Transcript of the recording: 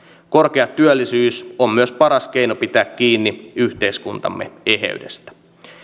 korkea työllisyys on myös paras keino pitää kiinni yhteiskuntamme eheydestä